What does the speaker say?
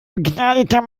begnadeter